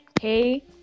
Hey